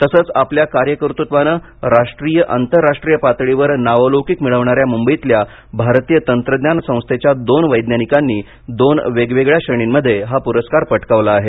तसंच आपल्या कार्यकतृत्वाने राष्ट्रीय आंतरराष्ट्रीय पातळीवर नावलौकिक मिळवणाऱ्या मुंबईतल्या भारतीय तंत्रज्ञान संस्थेच्या दोन वैज्ञानिकांनी दोन वेगवेगळया श्रेणींमध्ये हा प्रस्कार पटकावला आहे